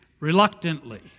Reluctantly